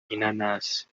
inanasi